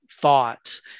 thoughts